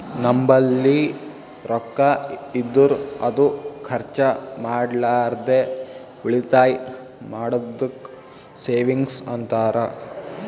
ನಂಬಲ್ಲಿ ರೊಕ್ಕಾ ಇದ್ದುರ್ ಅದು ಖರ್ಚ ಮಾಡ್ಲಾರ್ದೆ ಉಳಿತಾಯ್ ಮಾಡದ್ದುಕ್ ಸೇವಿಂಗ್ಸ್ ಅಂತಾರ